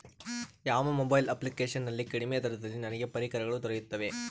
ಯಾವ mobile application ನಲ್ಲಿ ಕಡಿಮೆ ದರದಲ್ಲಿ ನನಗೆ ಪರಿಕರಗಳು ದೊರೆಯುತ್ತವೆ?